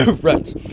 friends